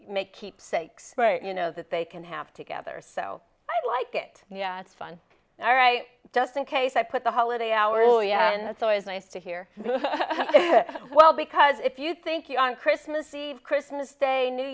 make keepsakes right you know that they can have together so i like it yeah it's fun all right just in case i put the holiday hours and it's always nice to hear well because if you think you're on christmas eve christmas day new